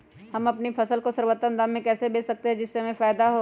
हम अपनी फसल को सर्वोत्तम दाम में कैसे बेच सकते हैं जिससे हमें फायदा हो?